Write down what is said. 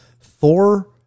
Thor